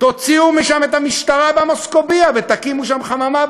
תוציאו משם את המשטרה ב"מוסקוביה" ותקימו שם חממה,